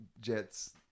Jets